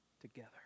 together